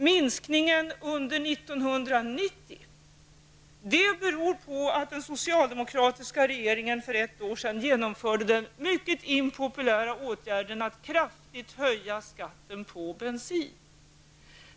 Minskningen under 1990 berodde på att den socialdemokratiska regeringen för ett år sedan vidtog den mycket impopulära åtgärden att kraftigt höja skatten på bensin.